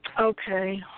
Okay